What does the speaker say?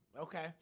Okay